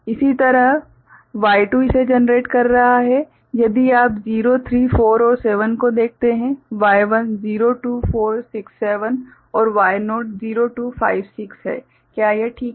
इसी तरह Y2 इसे जनरेट कर रहा है यदि आप 0 3 4 और 7 को देखते हैं Y1 0 2 4 6 7 और Y0 0 2 5 6 है क्या यह ठीक है